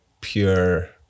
pure